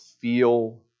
feel